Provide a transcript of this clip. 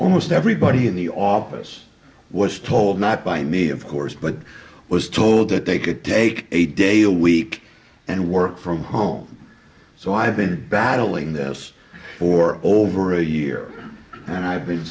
almost everybody in the office was told not by me of course but was told that they could take a day a week and work from home so i've been battling this for over a year and i've been